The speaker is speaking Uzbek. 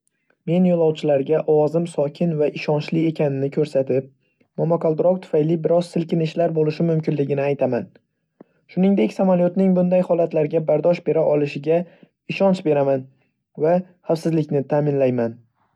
Men yo‘lovchilarga ovozim sokin va ishonchli ekanligini ko‘rsatib, momaqaldiroq tufayli biroz silkinishlar bo‘lishi mumkinligini aytaman. Shuningdek, samolyotning bunday holatlarga bardosh bera olishiga ishonch beraman va xavfsizlikni ta'minlayman.